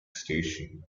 station